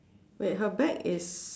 wait her bag is